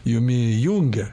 jumi jungia